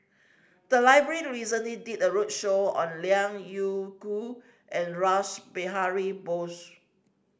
the library recently did a roadshow on Liao Yingru and Rash Behari Bose